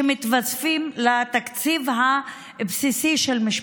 שמתווספים לתקציב הבסיסי של המשפחה.